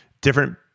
Different